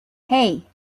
hey